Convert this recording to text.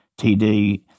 TD